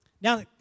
Now